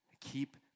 Keep